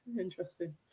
Interesting